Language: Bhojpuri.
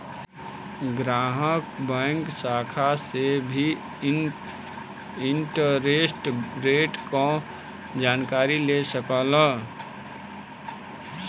ग्राहक बैंक शाखा से भी इंटरेस्ट रेट क जानकारी ले सकलन